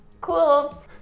cool